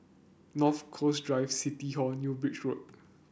North Coast Drive City Hall New Bridge Road